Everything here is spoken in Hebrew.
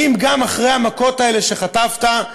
האם גם אחרי המכות האלה שחטפת,